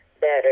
better